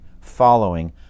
following